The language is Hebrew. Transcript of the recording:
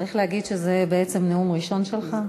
צריך להגיד שזה בעצם הנאום הראשון שלך.